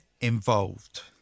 involved